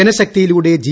ജനശക്തിയിലൂടെ G